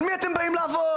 על מי אתם באים לעבוד?